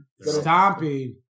stomping